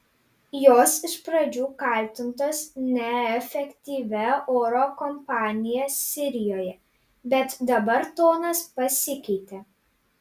jos iš pradžių kaltintos neefektyvia oro kampanija sirijoje bet dabar tonas pasikeitė